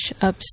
up